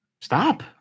Stop